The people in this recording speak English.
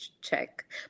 check